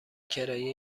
کرایه